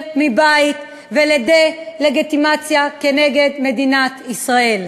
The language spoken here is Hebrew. מבית ולדה-לגיטימציה של מדינת ישראל.